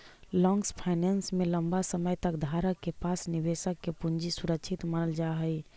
long finance में लंबा समय तक धारक के पास निवेशक के पूंजी सुरक्षित मानल जा हई